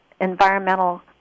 environmental